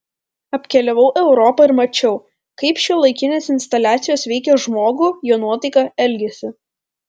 apkeliavau europą ir mačiau kaip šiuolaikinės instaliacijos veikia žmogų jo nuotaiką elgesį